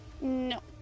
No